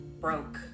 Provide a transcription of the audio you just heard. broke